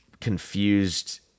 confused